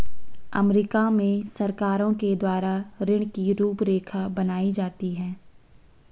अमरीका में सरकारों के द्वारा ऋण की रूपरेखा बनाई जाती है